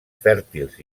fèrtils